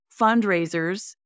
fundraisers